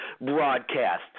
broadcast